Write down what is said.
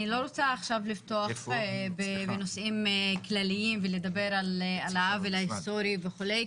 אני לא רוצה עכשיו לפתוח בנושאים כלליים ולדבר על העוול ההסטורי וכולי,